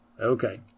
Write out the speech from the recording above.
Okay